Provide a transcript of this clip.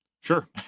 Sure